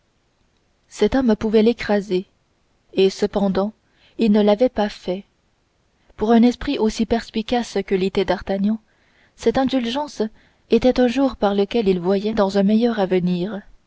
cet homme pouvait l'écraser et cependant il ne l'avait pas fait pour un esprit aussi perspicace que l'était d'artagnan cette indulgence était un jour par lequel il voyait dans un meilleur avenir